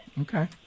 Okay